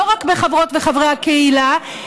לא רק בחברות וחברי הקהילה,